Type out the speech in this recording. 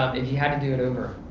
if you had to do it over,